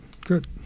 Good